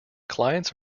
clients